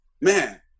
man